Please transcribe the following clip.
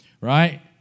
right